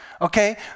okay